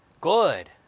Good